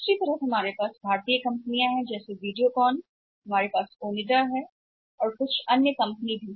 पर दूसरी तरफ हमारे पास वीडियोकॉन जैसी भारतीय कंपनियां हैं हमारे पास ओनिडा या कुछ अन्य कंपनियां हैं भी